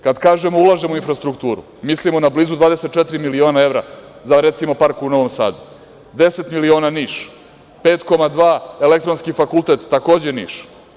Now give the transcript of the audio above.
Kada kažemo ulažemo u infrastrukturu, mislimo na blizu 24 miliona evra za, recimo, park u Novom Sadu, 10 miliona Niš, 5,2 Elektronski fakultet, takođe Niš.